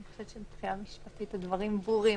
אני חושבת שמבחינה משפטית הדברים ברורים.